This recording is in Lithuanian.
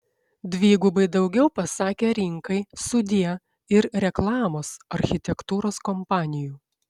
dvigubai daugiau pasakė rinkai sudie ir reklamos architektūros kompanijų